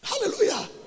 Hallelujah